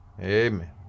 Amen